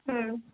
হ্যাঁ